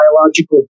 biological